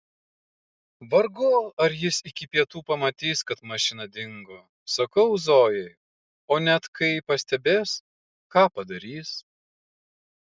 vargu ar jis iki pietų pamatys kad mašina dingo sakau zojai o net kai pastebės ką padarys